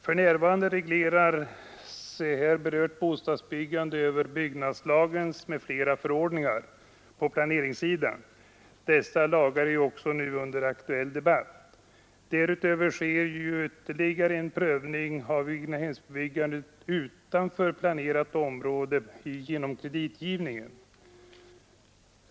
För närvarande regleras här berört bostadsbyggande över byggnadslagens m.fl. förordningar på planeringssidan dessa lagar är just nu aktuella i debatten. Därutöver görs ytterligare en prövning av egnahemsbyggandet utanför planerat område genom kreditgivningen.